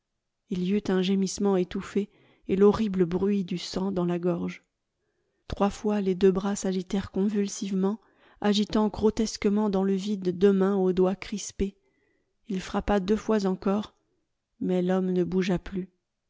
il y eut un gémissement étouffé et l'horrible bruit du sang dans la gorge trois fois les deux bras s'élevèrent convulsivement agitant grotesquement dans le vide deux mains aux doigts crispés il frappa deux fois encore mais l'homme ne bougea plus